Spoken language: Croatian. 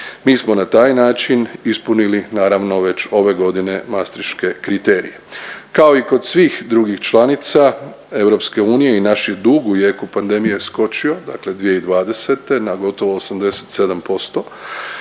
Mi smo na taj način ispunili naravno već ove godine mastriške kriterije. Kao i kod svih drugi članica EU i naš je dug u jeku pandemije skočio, dakle 2020. na gotovo 87%,